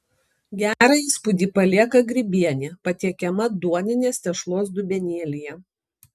gerą įspūdį palieka grybienė patiekiama duoninės tešlos dubenėlyje